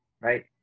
Right